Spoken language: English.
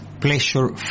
Pleasure